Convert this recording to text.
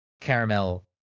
caramel